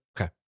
Okay